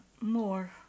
more